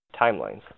Timelines